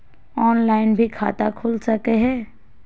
Online भी खाता खूल सके हय?